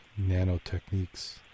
nanotechniques